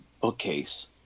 bookcase